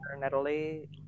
Natalie